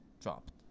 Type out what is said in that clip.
dropped